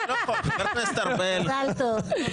מזל טוב.